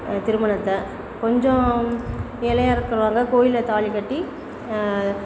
திருமணத்தை கொஞ்சம் ஏழையா இருக்கிறவங்க கோயில்ல தாலிக்கட்டி